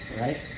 right